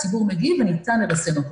הציבור מגיב וניתן לרסן אותו.